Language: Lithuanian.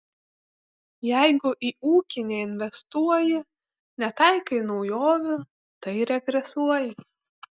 jeigu į ūkį neinvestuoji netaikai naujovių tai regresuoji